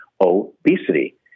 obesity